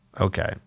Okay